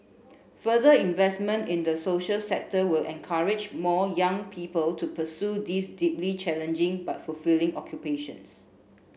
further investment in the social sector will encourage more young people to pursue these deeply challenging but fulfilling occupations